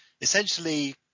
Essentially